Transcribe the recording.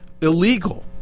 illegal